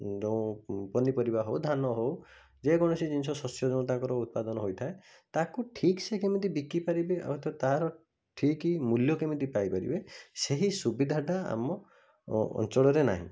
ଯୋଉଁ ପନିପରିବା ହେଉ ଧାନ ହେଉ ଯେକୌଣସି ଜିନିଷ ଶଷ୍ୟ ଯେଉଁ ତାଙ୍କର ଉତ୍ପାଦନ ହୋଇଥାଏ ତାକୁ ଠିକ୍ସେ କେମତି ବିକି ପାରିବେ ହୁଏତ ତା'ର ଠିକ୍ ମୂଲ୍ୟ କେମିତି ପାଇପାରିବେ ସେହି ସୁବିଧାଟା ଆମ ଅଞ୍ଚଳରେ ନାହିଁ